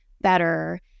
better